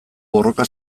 borroka